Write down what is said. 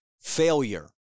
failure